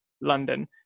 London